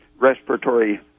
respiratory